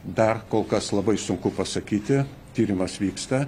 dar kol kas labai sunku pasakyti tyrimas vyksta